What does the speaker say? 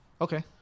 Okay